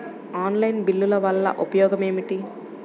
Online బిల్లుల వల్ల ఉపయోగమేమిటీ?